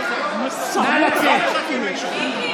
הם לא מחכים לאישור שלך.